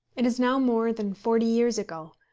it is now more than forty years ago,